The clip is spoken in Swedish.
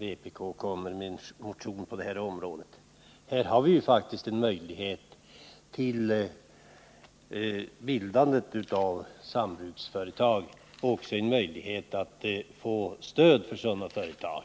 Det finns faktiskt redan en möjlighet att bilda sambruksföretag och också att få stöd till sådana företag.